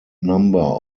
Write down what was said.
number